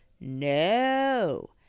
No